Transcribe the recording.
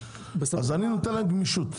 אז אני נותן להם גמישות.